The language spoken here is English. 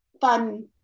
fun